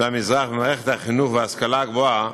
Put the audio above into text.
והמזרח במערכת החינוך וההשכלה הגבוהה,